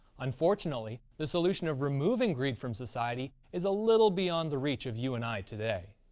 unfortunately, the solution of removing greed from society is a little beyond the reach of you and i today.